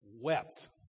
wept